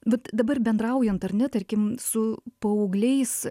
vat dabar bendraujant ar net tarkim su paaugliais